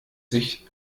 sich